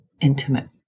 intimate